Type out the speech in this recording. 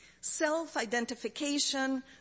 Self-identification